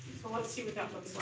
let's see what that looks